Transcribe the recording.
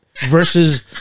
versus